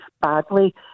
badly